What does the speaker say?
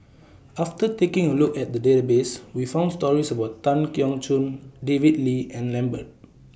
after taking A Look At The Database We found stories about Tan Keong Choon David Lee and Lambert